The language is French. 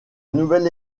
nouvelle